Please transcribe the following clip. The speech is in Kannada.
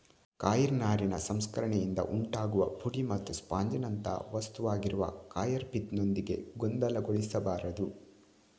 ಕಾಯಿರ್ ನಾರಿನ ಸಂಸ್ಕರಣೆಯಿಂದ ಉಂಟಾಗುವ ಪುಡಿ ಮತ್ತು ಸ್ಪಂಜಿನಂಥ ವಸ್ತುವಾಗಿರುವ ಕಾಯರ್ ಪಿತ್ ನೊಂದಿಗೆ ಗೊಂದಲಗೊಳಿಸಬಾರದು